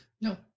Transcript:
no